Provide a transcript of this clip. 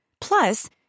Plus